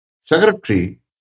secretary